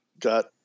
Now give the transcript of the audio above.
got